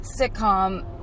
Sitcom